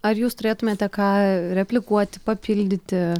ar jūs turėtumėte ką replikuoti papildyti